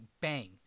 bang